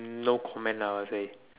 no comment lah I will say